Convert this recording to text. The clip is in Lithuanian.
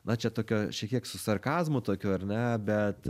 na čia tokia šiek tiek su sarkazmu tokiu ar ne bet